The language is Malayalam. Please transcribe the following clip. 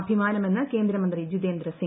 അഭിമാനമെന്ന് കേന്ദ്രമന്ത്രി ജിതേന്ദ്രസിങ്